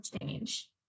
change